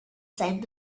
same